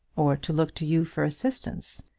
or to look to you for assistance?